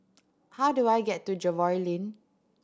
how do I get to Jervois Lane